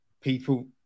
people